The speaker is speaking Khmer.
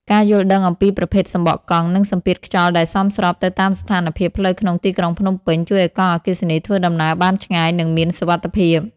ការយល់ដឹងអំពីប្រភេទសំបកកង់ និងសម្ពាធខ្យល់ដែលសមស្របទៅតាមស្ថានភាពផ្លូវក្នុងទីក្រុងភ្នំពេញ ជួយឱ្យកង់អគ្គិសនីធ្វើដំណើរបានឆ្ងាយ និងមានសុវត្ថិភាព។